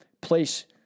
Place